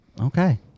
Okay